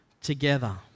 together